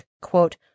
Quote